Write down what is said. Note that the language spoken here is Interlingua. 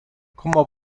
como